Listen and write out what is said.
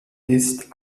ist